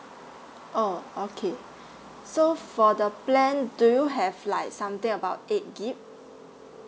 oh okay so for the plan do you have like something about eight G_B